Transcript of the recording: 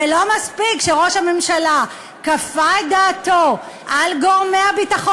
ולא מספיק שראש הממשלה כפה את דעתו על גורמי הביטחון,